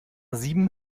sieben